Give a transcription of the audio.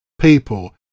people